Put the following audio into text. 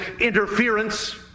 interference